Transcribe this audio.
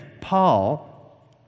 Paul